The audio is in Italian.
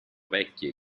vecchie